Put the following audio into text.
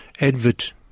advert